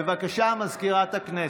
בבקשה, מזכירת הכנסת.